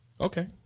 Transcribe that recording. Okay